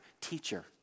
teacher